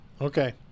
Okay